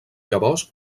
llavors